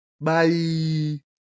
Bye